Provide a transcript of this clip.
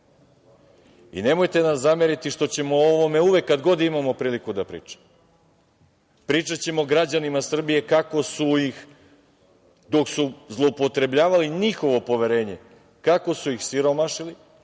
dese. Nemojte nam zameriti što ćemo o ovome uvek kada god imamo priliku da pričamo. Pričaćemo građani Srbije kako su ih dok su zloupotrebljavali njihovo poverenje kako su ih siromašili,